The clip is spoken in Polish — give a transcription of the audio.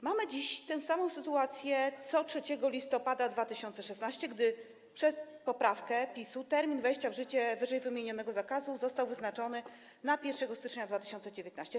Mamy dziś tę samą sytuację co 3 listopada 2016 r., gdy przez poprawkę PiS-u termin wejścia w życie ww. zakazu został wyznaczony na 1 stycznia 2019 r.